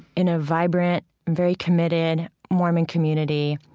in a vibrant, very committed mormon community.